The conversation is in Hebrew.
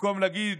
במקום להגיד: